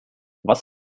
was